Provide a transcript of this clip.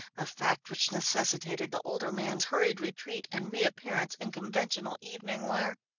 a fact which necessitated the older man's hurried retreat and reappearance in conventional evening wear.